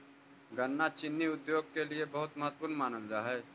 गन्ना चीनी उद्योग के लिए बहुत महत्वपूर्ण मानल जा हई